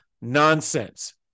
nonsense